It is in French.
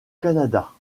canada